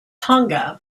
tonga